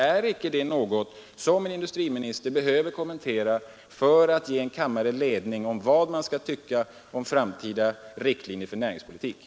Är inte det något som en industriminister behöver kommentera för att ge kammaren ledning om vad man skall tycka om de framtida riktlinjerna för näringspolitiken?